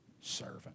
servant